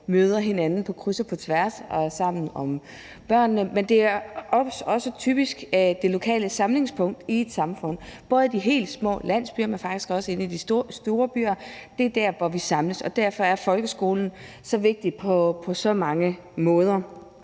møder hinanden på kryds og tværs og er sammen om børnene. Det er også typisk det lokale samlingspunkt i et samfund, både i de helt små landsbyer, men faktisk også inde i de store byer. Det er der, hvor vi samles, og derfor er folkeskolen så vigtig på så mange måder.